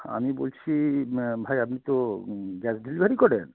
আমি বলছি ভাই আপনি তো গ্যাস ডেলিভারি করেন